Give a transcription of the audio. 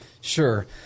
Sure